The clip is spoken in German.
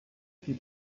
die